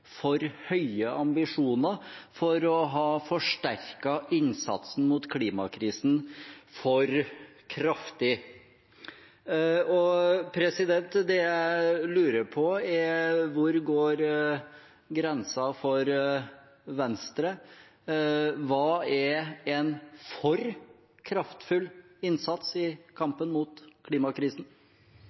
for å ha for høye ambisjoner, for å ha forsterket innsatsen mot klimakrisen for kraftig. Det jeg lurer på, er: Hvor går grensen for Venstre? Hva er en for kraftfull innsats i kampen mot klimakrisen?